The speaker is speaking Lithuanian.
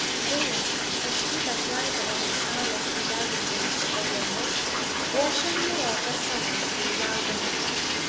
beje ožkytės laipiodamos saulės nudegintomis kalvomis puošia niūroką salos peizažą